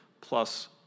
plus